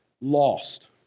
lost